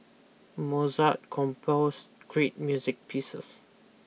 Mozart composed great music pieces